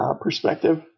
Perspective